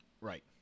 Right